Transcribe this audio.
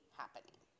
happening